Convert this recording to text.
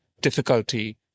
difficulty